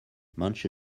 manche